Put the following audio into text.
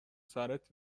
سرت